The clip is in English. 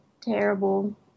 terrible